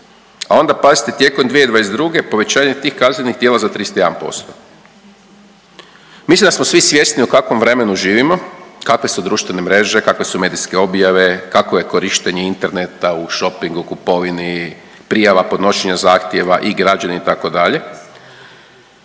a onda pazite, tijekom 2022. povećanje tih kaznenih djela za 31%. Mislim da smo svi svjesni u kakvom vremenu živimo, kakve su društvene mreže, kakve su medijske objave, kakvo je korištenje interneta u šopingu, kupovini, prijava podnošenja zahtjeva i građani, itd.